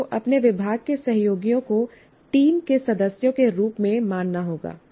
आपको अपने विभाग के सहयोगियों को टीम के सदस्यों के रूप में मानना होगा